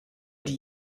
die